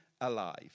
alive